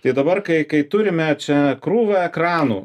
tai dabar kai kai turime čia krūvą ekranų